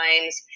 times